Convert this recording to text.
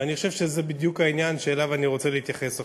ואני חושב שזה בדיוק העניין שאליו אני רוצה להתייחס עכשיו.